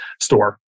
store